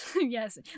yes